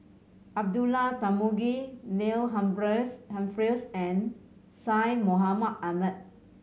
Abdullah Tarmugi Neil Humphreys and Syed Mohamed Ahmed